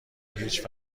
هیچ